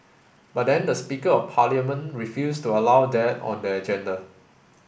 but then the speaker of parliament refused to allow that on the agenda